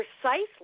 precisely